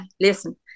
listen